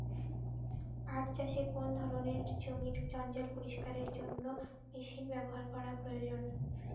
পাট চাষে কোন ধরনের জমির জঞ্জাল পরিষ্কারের জন্য মেশিন ব্যবহার করা প্রয়োজন?